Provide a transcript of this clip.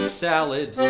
salad